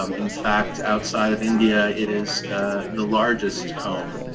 um in fact, outside of india it is the largest home